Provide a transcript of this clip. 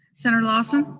senator lawson?